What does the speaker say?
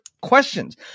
questions